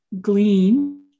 glean